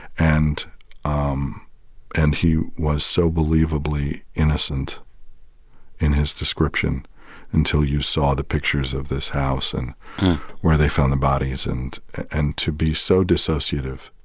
and um and he was so believably innocent in his description until you saw the pictures of this house and where they found the bodies. and and to be so dissociative,